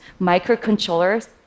microcontrollers